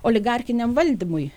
oligarchiniam valdymui